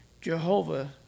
Jehovah